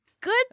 good